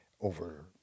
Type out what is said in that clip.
over